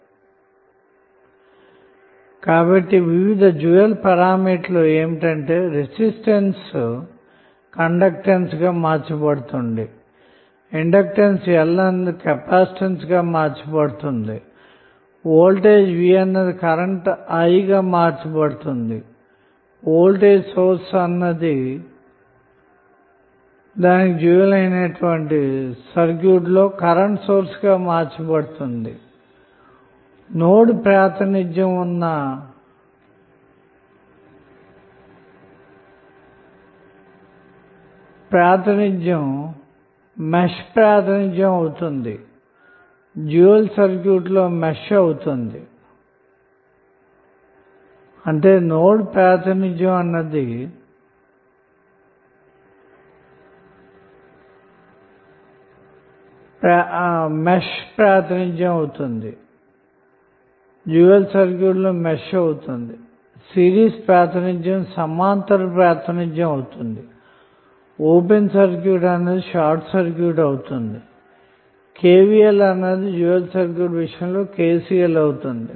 vlcsnap 2019 08 31 18h54m01s216 కాబట్టి వివిధ dual పారామితులు ఏమిటంటే రెసిస్టెన్స్ కండక్టెన్స్ గా మార్చబడుతుంది ఇండక్టెన్స్ L అన్నది కెపాసిటెన్స్ గా మార్చబడుతుంది వోల్టేజ్ V అన్నది కరెంటు I గా మార్చబడుతుంది వోల్టేజ్ సోర్స్ అన్నది డ్యూయల్ సర్క్యూట్ లో కరెంటు సోర్స్ గా మార్చబడుతుంది నోడ్ ప్రాతినిథ్యం అన్నది డ్యూయల్ సర్క్యూట్లో మెష్ ప్రాతినిథ్యం అవుతుంది సిరీస్ ప్రాతినిథ్యం సమాంతర ప్రాతినిథ్యం అవుతుంది ఓపెన్ సర్క్యూట్ షార్ట్ సర్క్యూట్ అవుతుంది KVL అన్నది డ్యూయల్ సర్క్యూట్ విషయంలో KCL అవుతుంది